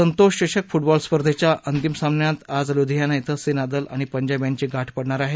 संतोष चषक फुटबॉल स्पर्धेच्या अंतिम सामन्यात आज लुधियाना इथं सेनादल आणि पंजाब यांची गाठ पडणार आहे